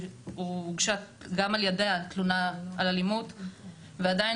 הוגשה גם על ידה תלונה על אלימות ועדיין